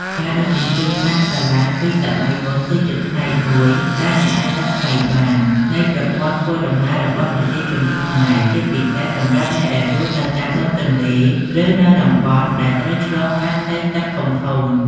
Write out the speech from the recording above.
ការដឹកជញ្ជូនតាមសាឡាងពីសម័យមុនគឺជាផ្នែកមួយដែលមិនអាចកាត់ថ្លៃបាននៃប្រព័ន្ធធ្វើដំណើររបស់ប្រជាជនខ្មែរ ជាពិសេសសម្រាប់អ្នកដែលរស់នៅតាមដងទន្លេ ឬនៅតំបន់ដែលត្រូវឆ្លងកាត់ផ្ទៃទឹកធំៗ។